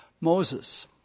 Moses